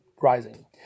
rising